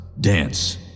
dance